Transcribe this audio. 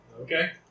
Okay